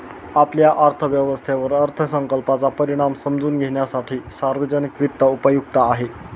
आपल्या अर्थव्यवस्थेवर अर्थसंकल्पाचा परिणाम समजून घेण्यासाठी सार्वजनिक वित्त उपयुक्त आहे